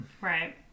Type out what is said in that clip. Right